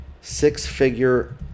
six-figure